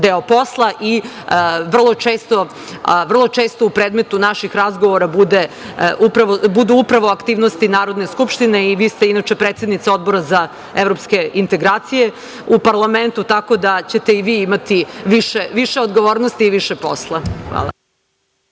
deo posla i vrlo često, u predmetu naših razgovora budu upravo aktivnosti Narodne skupštine. Vi ste inače predsednica Odbora za evropske integracije u parlamentu tako da ćete i vi imati više odgovornosti i više posla. Hvala.